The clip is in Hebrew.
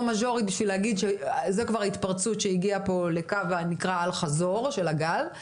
לא מז'ורית בשביל להגיד שזאת התפרצות שהגיעה פה לקו האל חזור של הגל'.